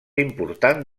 important